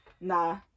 Nah